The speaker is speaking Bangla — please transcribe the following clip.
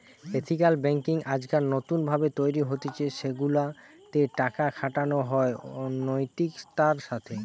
এথিকাল বেঙ্কিং আজকাল নতুন ভাবে তৈরী হতিছে সেগুলা তে টাকা খাটানো হয় নৈতিকতার সাথে